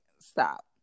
stop